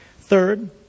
Third